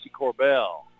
Corbell